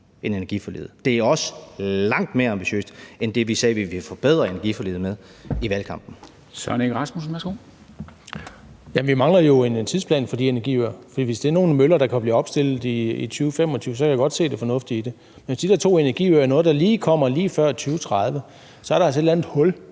end energiforliget. Det er også langt mere ambitiøst end det, vi sagde i valgkampen at vi ville forbedre energiforliget med. Kl. 13:53 Formanden (Henrik Dam Kristensen): Hr. Søren Egge Rasmussen, værsgo. Kl. 13:53 Søren Egge Rasmussen (EL): Jamen vi mangler jo en tidsplan for de energiøer, for hvis det er nogle møller, der kan blive opstillet i 2025, så kan jeg godt se det fornuftige i det. Men hvis de der to energiøer er noget, der kommer lige før 2030, så er der altså et eller andet hul,